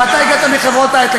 ואתה הגעת מחברות היי-טק.